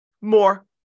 More